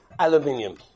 Aluminium